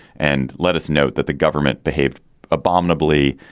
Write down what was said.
and let us note that the government behaved abominably,